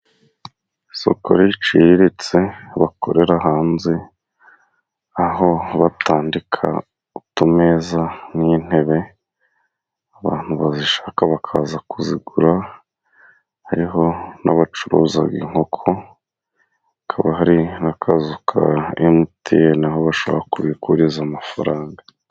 Isoko riciriritse bakorera hanze，aho batandika utumeza n'intebe， abantu bazishaka bakaza kuzigura，hariho n'abacuruza inkoko， hakaba hari n'akazu ka emutiyene aho bashobora kubikuriza amafaranga.